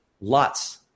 Lots